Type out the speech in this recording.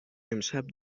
امشب